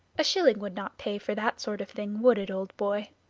a shilling would not pay for that sort of thing, would it, old boy?